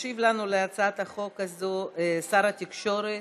ישיב לנו על הצעת החוק הזאת שר התקשורת,